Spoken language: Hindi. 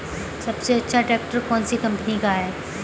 सबसे अच्छा ट्रैक्टर कौन सी कम्पनी का है?